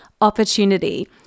opportunity